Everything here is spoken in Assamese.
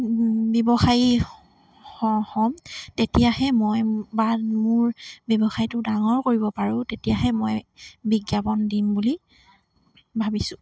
ব্যৱসায়ী হ হ'ম তেতিয়াহে মই বা মোৰ ব্যৱসায়টো ডাঙৰ কৰিব পাৰোঁ তেতিয়াহে মই বিজ্ঞাপন দিম বুলি ভাবিছোঁ